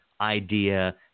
idea